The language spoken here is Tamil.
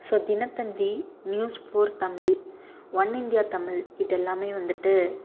so Dinathanthi news four Tamil one India Tamil இதெல்லாம் வந்துட்டு